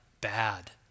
bad